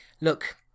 Look